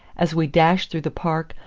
as we dashed through the park,